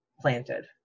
planted